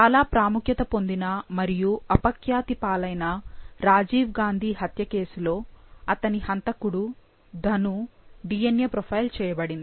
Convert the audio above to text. చాలా ప్రాముఖ్యత పొందిన మరియు అపఖ్యాతి పాలైన రాజీవ్ గాంధీ హత్య కేసులో అతని హంతకుడు ధను DNA ప్రొఫైల్ చేయబడింది